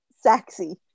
sexy